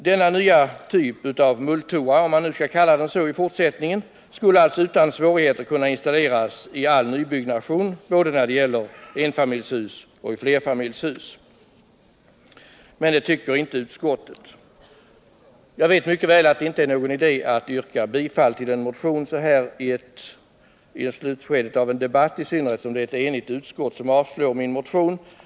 Denna nya typ av mulltoa, om man skall kalla den så i fortsättningen, skulle alltså utan svårighet kunna installeras i all nybyggnation när det gäller både enfamiljshus och flerfamiljshus. Men det tycker inte utskottet. Jag vet mycket väl att det inte är någon idé att yrka bifall till en motion så här i slutskedet av en debatt, i synnerhet som motionen har avstyrkts av ett enigt utskott.